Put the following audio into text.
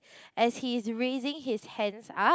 as he's raising his hands up